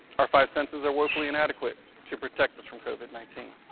our five senses are woefully inadequate to protect us from covid nineteen.